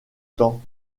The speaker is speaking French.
temps